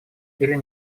или